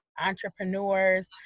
entrepreneurs